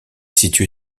située